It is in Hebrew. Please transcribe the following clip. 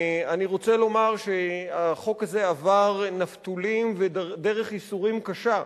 אני רוצה לומר שהחוק הזה עבר נפתולים ודרך ייסורים קשה,